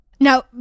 now